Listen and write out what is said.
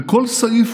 וכל סעיף,